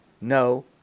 no